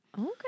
Okay